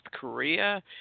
Korea